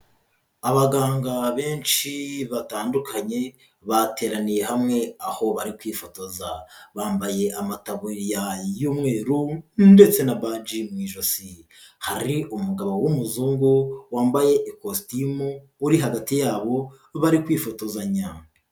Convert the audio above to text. Abaganga benshi batandukanye bateraniye hamwe aho bari kwifotoza, bambaye amataburiya y'umweru ndetse na baji mu ijosi, hari umugabo w'umuzungu wambaye ikositimu uri hagati yabo bari kwifotozanya.